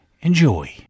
Enjoy